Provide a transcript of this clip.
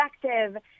perspective